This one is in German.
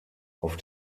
auf